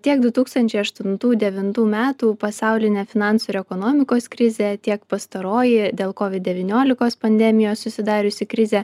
tiek du tūkstančiai aštuntų devintų metų pasaulinę finansų ir ekonomikos krizę tiek pastaroji dėl kovid devyniolikos pandemijos susidariusi krizė